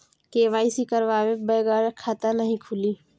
KYC करवाये बगैर खाता नाही खुली?